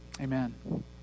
amen